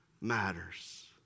matters